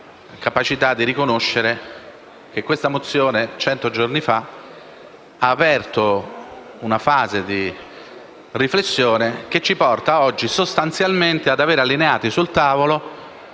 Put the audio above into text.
capacità di riconoscere che questa mozione, cento giorni fa, ha aperto una fase di riflessione che ci porta oggi sostanzialmente ad aver allineati sul tavolo